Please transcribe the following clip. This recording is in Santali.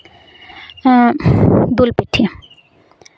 ᱫᱩᱞ ᱯᱤᱴᱷᱟᱹ